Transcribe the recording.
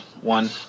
One